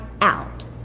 Out